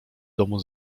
domu